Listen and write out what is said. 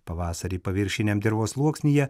pavasarį paviršiniam dirvos sluoksnyje